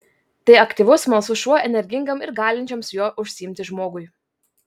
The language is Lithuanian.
tai aktyvus smalsus šuo energingam ir galinčiam su juo užsiimti žmogui